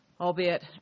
albeit